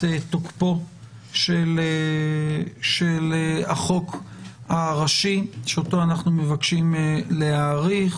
תוקפו של החוק הראשי שאותו אנחנו מבקשים להאריך,